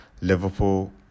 Liverpool